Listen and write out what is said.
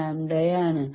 15 λ ആണ്